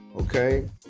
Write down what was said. okay